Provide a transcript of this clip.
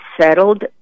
settled